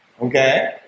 Okay